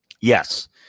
yes